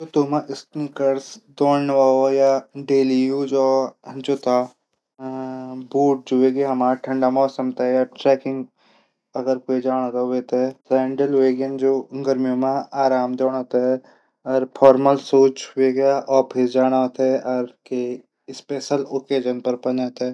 जूतों मा समूकर दौणू वोलू। डेली यूज हो। बूट जू होलू ठंडा मोसम कु। सैडिल गर्मियों मौसम मा। फोरमल सूज औफिस जाणू कू। स्पेशल त्योहार कून अलग जूता।